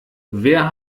wer